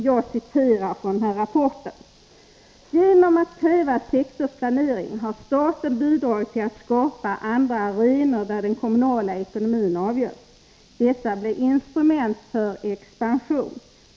Jag citerar från rapporten: ”Genom att kräva sektorsplane — Om den sektoriella ring har staten bidragit till att skapa andra ”arenor', där den kommunala samhällsplaneekonomin avgörs. Dessa blir instrument för expansion.